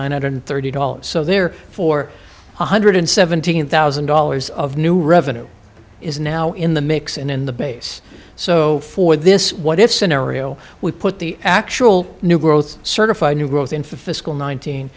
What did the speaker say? nine hundred thirty dollars so there for one hundred seventeen thousand dollars of new revenue is now in the mix and in the base so for this what if scenario we put the actual new growth certified new growth in fiscal nineteen